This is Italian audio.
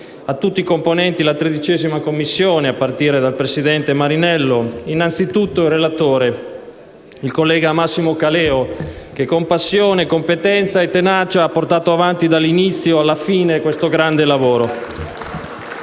Degani e a tutti i componenti la 13a Commissione (a partire dal presidente Marinello), innanzi tutto il relatore, il collega Massimo Caleo, che con passione, competenza e tenacia ha portato avanti dall'inizio alla fine questo grande lavoro.